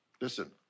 Listen